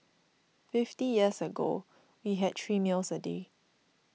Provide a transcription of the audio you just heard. fifty years ago we had three meals a day